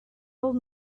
old